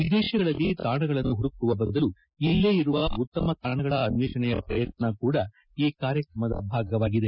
ವಿದೇಶಗಳಲ್ಲಿ ತಾಣಗಳನ್ನು ಹುದುಕುವ ಬದಲು ಇಲ್ಲೇ ಇರುವ ಉತ್ತಮ ತಾಣಗಳ ಅನ್ಲೇಷಣೆಯ ಪ್ರಯತ್ನ ಕೂಡ ಈ ಕಾರ್ಯಕ್ರಮದ ಭಾಗವಾಗಿದೆ